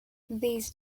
these